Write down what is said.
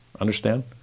Understand